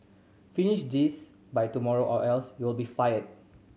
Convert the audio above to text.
finish this by tomorrow or else you'll be fired